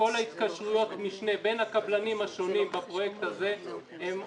כל התקשרויות המשנה בין הקבלים השונים בפרויקט הזה הן,